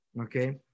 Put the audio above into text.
okay